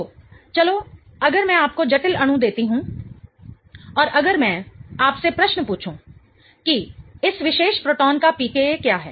तो चलो अगर मैं आपको जटिल अणु देती हूं और अगर मैं आपसे प्रश्न पूछूं कि इस विशेष प्रोटॉन का pKa क्या है